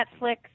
Netflix